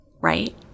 right